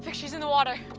she's in the water.